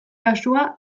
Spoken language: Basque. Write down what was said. kasua